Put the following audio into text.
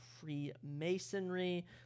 freemasonry